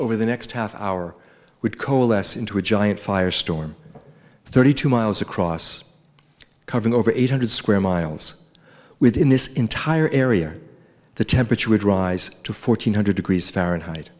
over the next half hour would coalesce into a giant firestorm thirty two miles across covering over eight hundred square miles within this entire area the temperature would rise to fourteen hundred degrees fahrenheit